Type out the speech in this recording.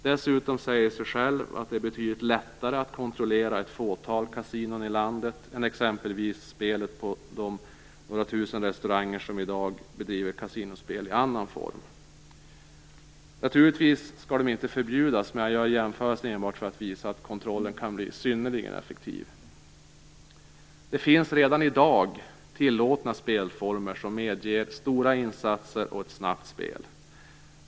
Dessutom säger det sig självt att det är betydligt lättare att kontrollera ett fåtal kasinon i landet än exempelvis spelet på de tusentals restauranger som i dag bedriver kasinospel i annan form. Naturligtvis skall det inte förbjudas, men jag gör jämförelsen enbart för att visa att kontrollen kan bli synnerligen effektiv. Det finns redan i dag tillåtna spelformer som medger stora insatser och ett snabbt spel.